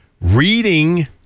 reading